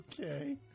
Okay